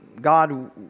God